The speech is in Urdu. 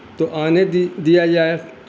تو آنے دی دیا جائے